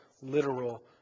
literal